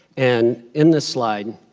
and in this slide,